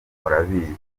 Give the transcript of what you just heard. murabizi